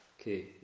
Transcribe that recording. Okay